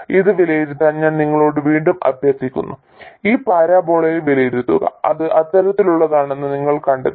ഇത് വിലയിരുത്താൻ ഞാൻ നിങ്ങളോട് വീണ്ടും അഭ്യർത്ഥിക്കുന്നു ഈ പരാബോളയെ വിലയിരുത്തുക ഇത് അത്തരത്തിലുള്ളതാണെന്ന് നിങ്ങൾ കണ്ടെത്തും